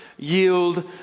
yield